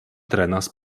trenas